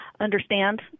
understand